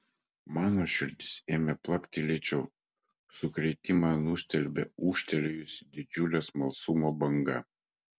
mano širdis ėmė plakti lėčiau sukrėtimą nustelbė ūžtelėjusi didžiulė smalsumo banga